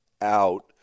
out